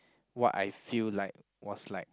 what I feel like was like